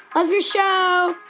love your show